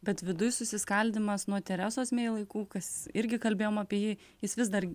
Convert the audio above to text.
bet viduj susiskaldymas nuo teresos mei laikų kas irgi kalbėjom apie jį jis vis dar